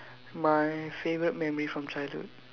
my favorite memory from childhood